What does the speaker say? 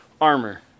armor